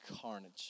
carnage